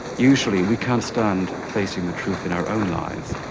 usually, we can't stand facing the truth in our own lives,